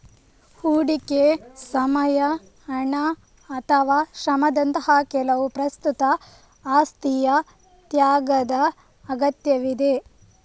ಹೂಡಿಕೆಗೆ ಸಮಯ, ಹಣ ಅಥವಾ ಶ್ರಮದಂತಹ ಕೆಲವು ಪ್ರಸ್ತುತ ಆಸ್ತಿಯ ತ್ಯಾಗದ ಅಗತ್ಯವಿದೆ